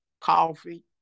Coffee